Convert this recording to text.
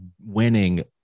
winning